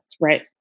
right